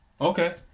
Okay